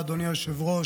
אדוני היושב-ראש,